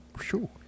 sure